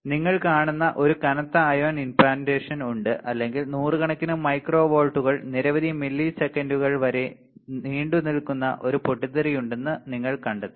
നിങ്ങൾ കാണുന്ന ഒരു കനത്ത അയോൺ ഇംപ്ലാന്റേഷൻ ഉണ്ട് അല്ലെങ്കിൽ നൂറുകണക്കിന് മൈക്രോ വോൾട്ടുകൾ നിരവധി മില്ലിസെക്കൻഡുകൾ വരെ നീണ്ടുനിൽക്കുന്ന ഒരു പൊട്ടിത്തെറിയുണ്ടെന്ന് നിങ്ങൾ കണ്ടെത്തും